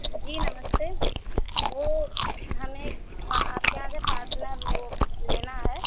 जी नमस्ते वो हमें आपके यहाँ से फ़ार्चुनर वो लेना है